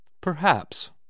Perhaps